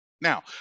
Now